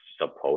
supposed